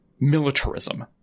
militarism